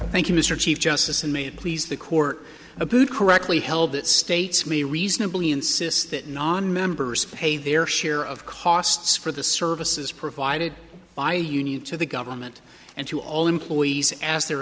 thank you mr chief justice and may please the court approved correctly held that states may reasonably insist that nonmembers pay their share of costs for the services provided by a union to the government and to all employees as their